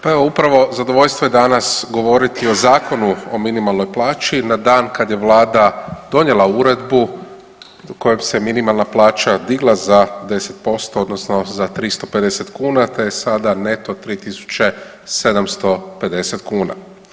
Pa evo upravo zadovoljstvo je danas govoriti o Zakonu o minimalnoj plaći na dan kad je Vlada donijela uredbu kojom se minimalna plaća digla za 10% posto, odnosno za 350 kuna, te je sada neto 3750 kuna.